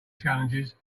challenges